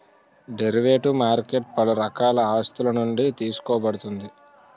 derivative market పలు రకాల ఆస్తులునుండి తీసుకోబడుతుంది